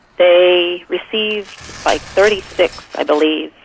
they received like thirty six, i believe,